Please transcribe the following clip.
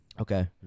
Okay